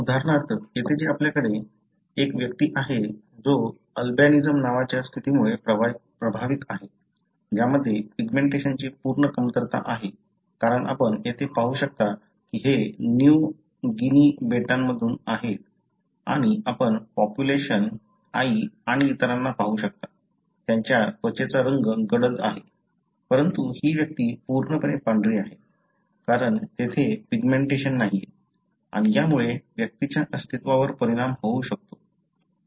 उदाहरणार्थ येथे आपल्याकडे एक व्यक्ती आहे जो अल्बिनिझम नावाच्या स्थितीमुळे प्रभावित आहे ज्यामध्ये पिग्मेंटेशनची पूर्ण कमतरता आहे कारण आपण येथे पाहू शकता की हे न्यू गिनी बेटांमधून आहेत आणि आपण पॉप्युलेशन आई आणि इतरांना पाहू शकता त्यांच्या त्वचेचा रंग गडद आहे परंतु ही व्यक्ती पूर्णपणे पांढरी आहे कारण तेथे पिग्मेंटेशन नाहीये आणि यामुळे व्यक्तीच्या अस्तित्वावर परिणाम होऊ शकतो